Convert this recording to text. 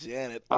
Janet